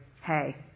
hey